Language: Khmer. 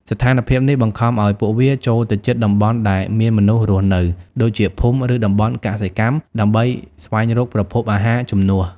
ស្ថានភាពនេះបង្ខំឲ្យពួកវា ចូលទៅជិតតំបន់ដែលមានមនុស្សរស់នៅ ដូចជាភូមិ ឬតំបន់កសិកម្ម ដើម្បីស្វែងរកប្រភពអាហារជំនួស។